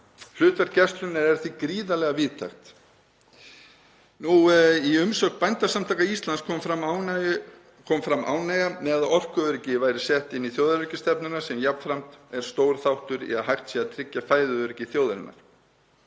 Hlutverk Gæslunnar er því gríðarlega víðtækt. Í umsögn Bændasamtaka Íslands kom fram ánægja með að orkuöryggi væri sett inn í þjóðaröryggisstefnuna, sem jafnframt er stór þáttur í að hægt sé að tryggja fæðuöryggi þjóðarinnar.